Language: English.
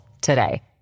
today